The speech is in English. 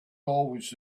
always